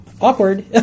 Awkward